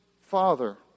Father